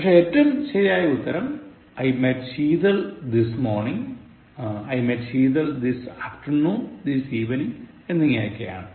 പക്ഷേ ഏറ്റം ശരിയായ ഉത്തരം I met Sheetal this morning I met Sheetal this afternoon this evening എന്നിവയാണ്